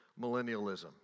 millennialism